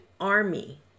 army